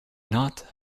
not